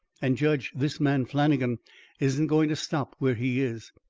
and, judge, this man flannagan isn't going to stop where he is.